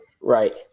Right